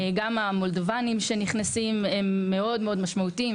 גם המולדובניים שנכנסים הם מאוד מאוד משמעותיים.